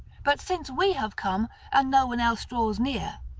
but since we have come and no one else draws near,